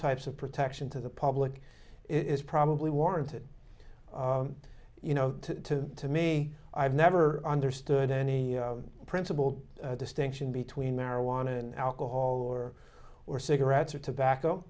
types of protection to the public is probably warranted you know to to me i've never understood any principle distinction between marijuana and alcohol or or cigarettes or tobacco